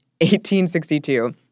1862